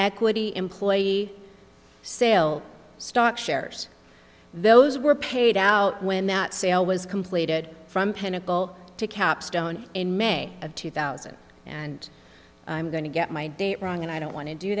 equity employee sale stock shares those were paid out when that sale was completed from pinnacle to capstone in may of two thousand and i'm going to get my date wrong and i don't want to do